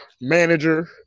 manager